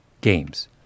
games